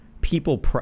people